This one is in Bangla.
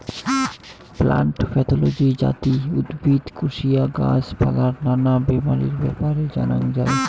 প্লান্ট প্যাথলজি যাতি উদ্ভিদ, কোশিয়া, গাছ পালার নানা বেমারির ব্যাপারে জানাঙ যাই